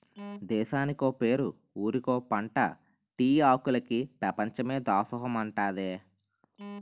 దేశానికో పేరు ఊరికో పంటా టీ ఆకులికి పెపంచమే దాసోహమంటాదే